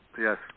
Yes